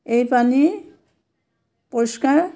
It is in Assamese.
এই পানী পৰিষ্কাৰ